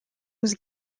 was